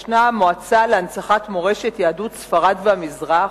יש מועצה להנצחת מורשת יהדות ספרד והמזרח,